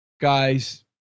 guys